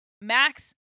max